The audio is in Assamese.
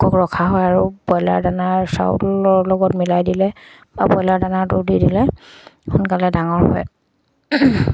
ৰখা হয় আৰু ব্ৰইলাৰ দানাৰ চাউলৰ লগত মিলাই দিলে বা ব্ৰইলাৰ দানাটো দি দিলে সোনকালে ডাঙৰ হয়